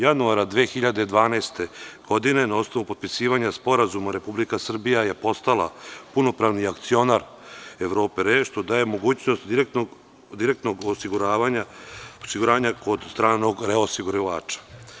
Januara 2012. godine na osnovu potpisivanja sporazuma Republika Srbija je postala punopravni akcionar „Evrope RE“, što daje mogućnost direktnog osiguravanja kod stranog reosiguravača.